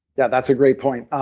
yeah that's a great point.